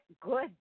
good